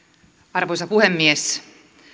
arvoisa puhemies